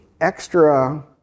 extra